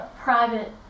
private